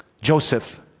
Joseph